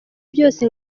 byose